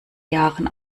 jahren